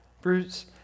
Bruce